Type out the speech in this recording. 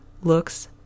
looks